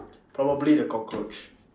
probably the cockroach